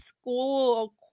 school